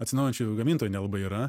atsinaujinačiųjų gamintojų nelabai yra